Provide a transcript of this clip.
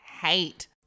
hate